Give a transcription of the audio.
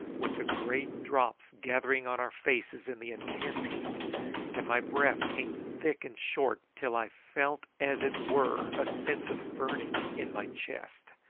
with the great drops gathering on our faces in the intense heat and my breath came thick and short, till i felt as it were a sense of burning in my chest.